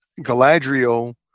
Galadriel